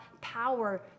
power